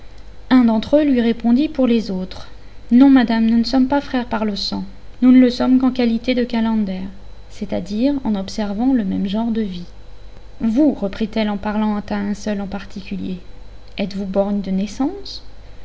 un d'entre eux lui répondit pour les autres non madame nous ne sommes pas frères par le sang nous ne le sommes qu'en qualité de calenders c'est-à-dire en observant le même genre de vie vous repritelle en parlant à un seul en particulier êtes-vous borgne de naissance